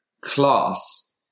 class